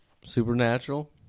Supernatural